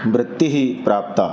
वृत्तिं प्राप्ता